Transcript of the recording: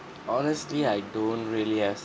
honestly I don't really have